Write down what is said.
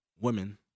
women